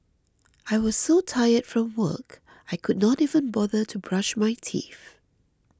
I was so tired from work I could not even bother to brush my teeth